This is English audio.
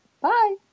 Bye